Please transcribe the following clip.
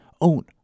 Own